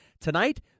Tonight